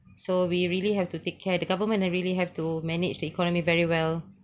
so we really have to take care the government really have to manage the economy very well